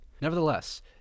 Nevertheless